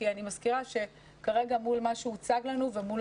כי אני מזכירה שכרגע מול מה שהוצג לנו ומול